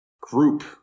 group